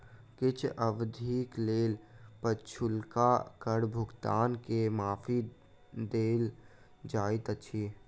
किछ अवधिक लेल पछुलका कर भुगतान के माफी देल जाइत अछि